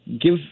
give